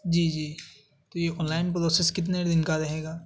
جی جی تو یہ آن لائن پروسیس کتنے دن کا رہے گا